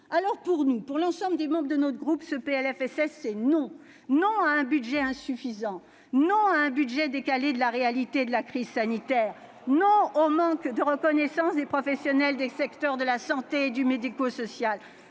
recettes. Pour l'ensemble des membres de notre groupe, ce PLFSS, c'est non ! Non à un budget insuffisant ! Non à un budget décalé de la réalité de la crise sanitaire ! Non au manque de reconnaissance des professionnels des secteurs de la santé et du médico-social